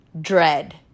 dread